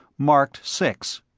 marked six.